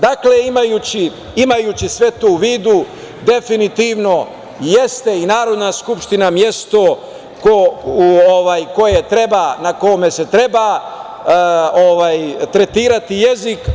Dakle, imajući sve to u vidu, definitivno jeste i Narodna skupština mesto koje treba, na kome se treba tretirati jezik.